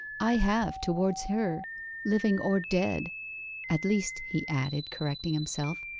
i have towards her living or dead at least he added, correcting himself,